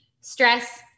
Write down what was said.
stress